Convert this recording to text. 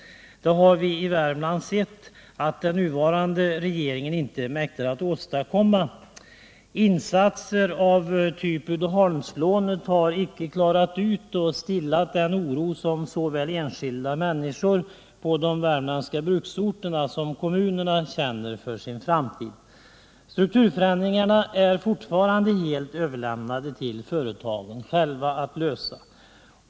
Det har vi i Värmland sett, att den nuvarande regeringen inte mäktar att åstadkomma. Insatser av typ Uddeholmslånet har icke stillat den oro som såväl enskilda människor på de värmländska bruksorterna som kommunerna känner för sin framtid. Det är fortfarande helt överlämnat till företagen själva att lösa strukturförändringarna.